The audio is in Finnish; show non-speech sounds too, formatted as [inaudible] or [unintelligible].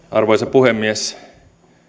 [unintelligible] arvoisa puhemies